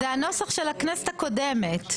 זה הנוסח של הכנסת הקודמת.